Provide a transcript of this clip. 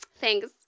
Thanks